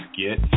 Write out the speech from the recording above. get